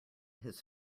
his